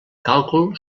càlcul